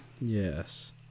Yes